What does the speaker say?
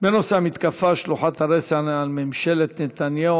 בנושא המתקפה שלוחת הרסן של ממשלת נתניהו